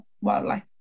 wildlife